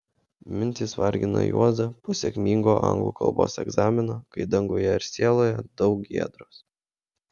mintys vargina juozą po sėkmingo anglų kalbos egzamino kai danguje ir sieloje daug giedros